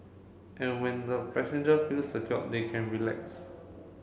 and when the passenger feel secure they can relax